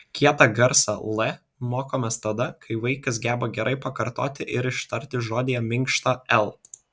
kietą garsą l mokomės tada kai vaikas geba gerai pakartoti ir ištarti žodyje minkštą l